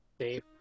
save